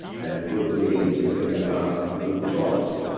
and a good being to bring about through choice,